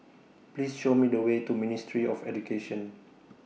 Please Show Me The Way to Ministry of Education